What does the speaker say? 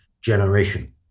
generation